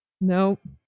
Nope